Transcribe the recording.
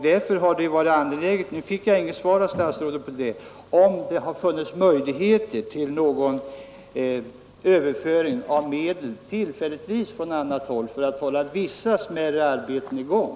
Därför hade det varit angeläget — jag fick inget svar av statsrådet om vilka möjligheter som finns därvidlag — att tillfälligtvis föra över medel från andra områden för att hålla vissa smärre arbeten i gång.